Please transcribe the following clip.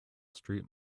street